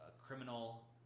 criminal